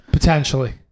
Potentially